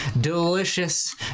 delicious